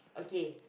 okay